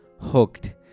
hooked